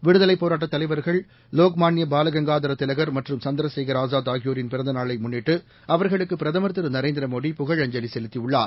விடுதலைப் போராட்ட தலைவர்கள் லோக்மான்ய பாலகங்காதர திலகர் மற்றும் சந்திரசேகர் ஆஸாத் ஆகியோரின் பிறந்த நாளை முன்னிட்டு அவர்களுக்கு பிரதமர் திரு நரேந்திர மோடி புகழஞ்சலி செலுத்தியுள்ளார்